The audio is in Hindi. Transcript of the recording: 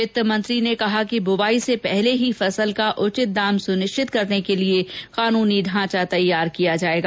वित्त मंत्री ने कहा कि बुवाई से पहले ही फसल का उचित दाम सुनिश्चित करने के लिए कानूनी ढांचा तैयार किया जाएगा